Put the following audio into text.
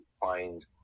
find